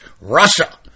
Russia